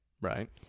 Right